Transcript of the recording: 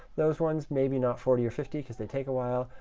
those ones, maybe not forty or fifty because they take a while,